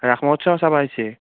ৰাস মহোৎসৱ চাব আহিছে